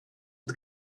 het